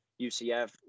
UCF